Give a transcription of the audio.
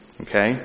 Okay